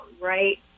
right